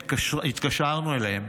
ישר התקשרנו אליהם.